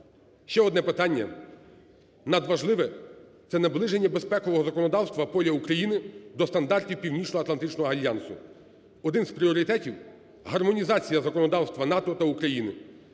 Ще одне питання надважливе – це наближення безпекового законодавства поля України до стандартів Північноатлантичного альянсу. Один з пріоритетів – гармонізація законодавства НАТО та України.